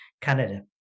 Canada